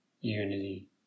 Unity